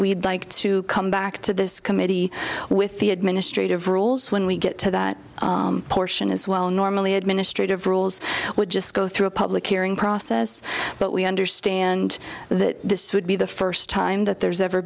we'd like to come back to this committee with the administrative rules when we get to that portion as well normally administrative rules would just go through a public hearing process but we understand that this would be the first time that there's ever